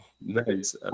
Nice